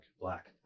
Black